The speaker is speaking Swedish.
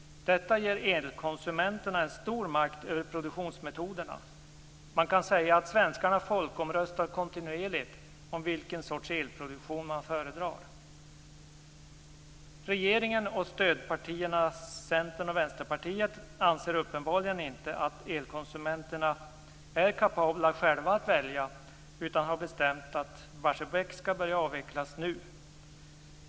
Detta ger elkonsumenterna en stor makt över produktionsmetoderna. Man kan säga att svenskarna folkomröstar kontinuerligt om vilken sorts elproduktion man föredrar. Regeringen och stödpartierna Centern och Vänsterpartiet anser uppenbarligen inte att elkonsumenterna är kapabla att själva välja utan har bestämt att Barsebäck skall börja avvecklas nu.